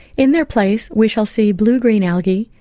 in their place, we shall see blue-green algae,